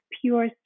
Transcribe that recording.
pure